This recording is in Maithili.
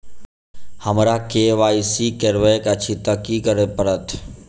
हमरा केँ वाई सी करेवाक अछि तऽ की करऽ पड़तै?